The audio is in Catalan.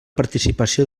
participació